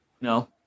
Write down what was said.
No